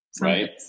right